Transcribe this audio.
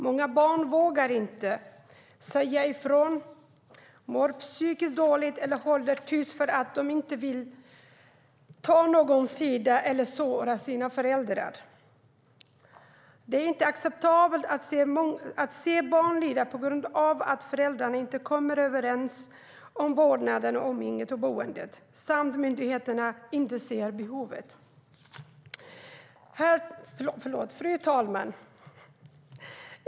Många barn vågar inte säga ifrån, mår psykiskt dåligt eller håller tyst för att de inte vill välja sida eller såra sina föräldrar. Det är inte acceptabelt att se barn lida på grund av att föräldrarna inte kommer överens om vårdnaden, umgänget och boendet samt på grund av att myndigheterna inte ser behovet. Fru talman!